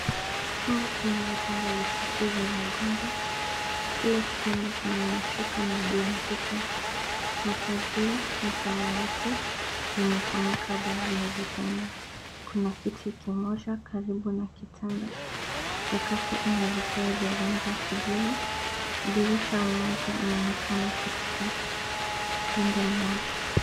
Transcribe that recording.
Chumba kina vitanda vitatu vya wagonjwa, kila kitanda kina mashuka na blanketi, mapazia ya samawati, imefunika baadhi ya vitanda, kuna kiti kimoja karibu na kitanda, sakafu ina vigae vya rangi ya kijivu, na dirisha moja unaonekana katika, upande mmoja.